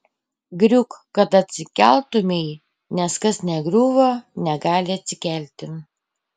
griūk kad atsikeltumei nes kas negriuvo negali atsikelti